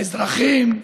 האזרחים,